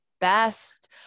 best